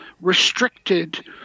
restricted